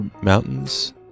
Mountains